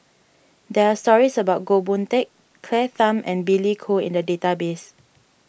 there are stories about Goh Boon Teck Claire Tham and Billy Koh in the database